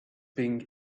being